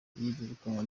y’iyirukanwa